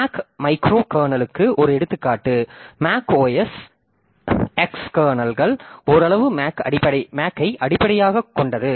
make micro கர்னலுக்கு ஒரு எடுத்துக்காட்டு மேக் ஓஎஸ் எக்ஸ் கர்னல்கள் ஓரளவு மேக்கை அடிப்படையாகக் கொண்டது